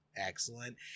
Excellent